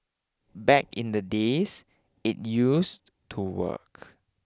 back in the days it used to work